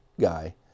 guy